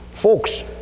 Folks